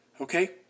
Okay